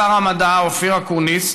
שר המדע אופיר אקוניס,